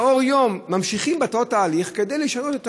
לאור היום ממשיכים באותו תהליך כדי לשנות את